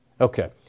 Okay